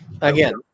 Again